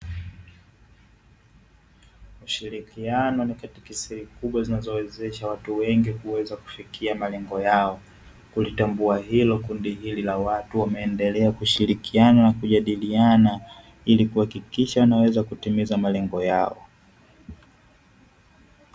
Ushirikiano ni katika siri kubwa zinazowezesha watu wengi kuweza kufikia malengo yao, kulitambua hilo kundi hili la watu wameendelea kushirikiana na kujadiliana, ili kuhakikisha wanaweza kutimiza malengo yao.